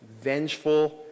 vengeful